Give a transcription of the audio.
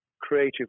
creative